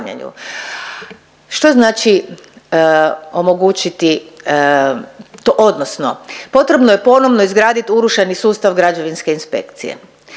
Što znači omogućiti odnosno potrebno je ponovno izgradit urušeni sustav građevinske inspekcije.